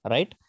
Right